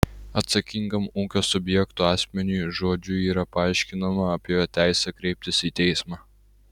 atsakingam ūkio subjekto asmeniui žodžiu yra paaiškinama apie jo teisę kreiptis į teismą